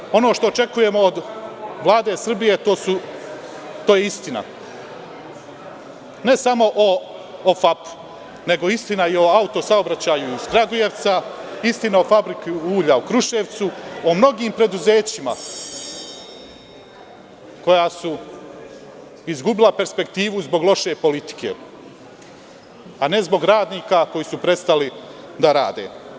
Takođe, ono što očekujemo od Vlade Srbije, to je istina, ne samo o FAP nego istina i o auto-saobraćaju iz Kragujevca, istini o fabrici ulja u Kruševcu, o mnogim preduzećima koja su izgubila perspektivu zbog loše politike, a ne zbog radnika koji su prestali da rade.